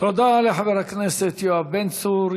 תודה לחבר הכנסת יואב בן צור.